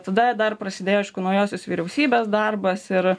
tada dar prasidėjo aišku naujosios vyriausybės darbas ir